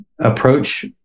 approach